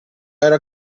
era